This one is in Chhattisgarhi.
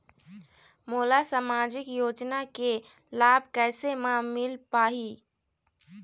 मोला सामाजिक योजना के लाभ कैसे म मिल पाही?